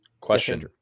Question